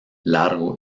largo